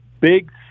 big